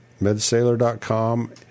medsailor.com